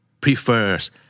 prefers